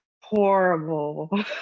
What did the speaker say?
horrible